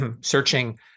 searching